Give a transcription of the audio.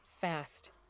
fast